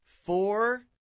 Four